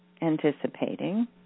anticipating